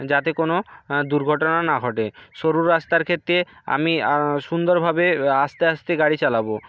যাতে কোনো দুর্ঘটনা না ঘটে সরু রাস্তার ক্ষেত্রে আমি সুন্দরভাবে আস্তে আস্তে গাড়ি চালাবো